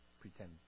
pretend